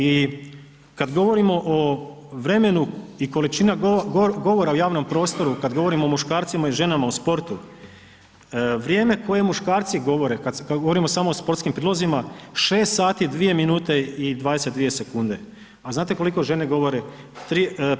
I kad govorimo o vremenu i količina govora u javnom prostoru kad govorimo o muškarcima i ženama u sportu, vrijeme koje muškarci govore, kad govorimo samo o sportskim prilozima, 6 sati, 2 minute i 22 sekunde, a znate koliko žene govore?